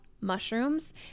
mushrooms